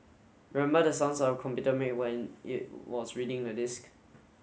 remember the sounds our computer make when it was reading the disc